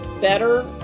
better